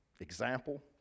example